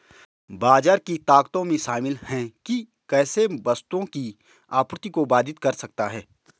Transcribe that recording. बाजार की ताकतों में शामिल हैं कि कैसे मौसम वस्तुओं की आपूर्ति को बाधित कर सकता है